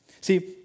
See